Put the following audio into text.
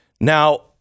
Now